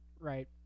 right